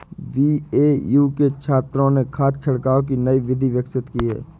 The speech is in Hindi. बी.ए.यू के छात्रों ने खाद छिड़काव की नई विधि विकसित की है